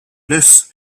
lists